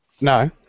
No